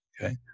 okay